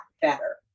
better